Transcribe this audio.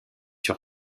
sur